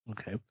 Okay